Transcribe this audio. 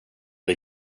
det